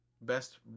Best